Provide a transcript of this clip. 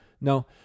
No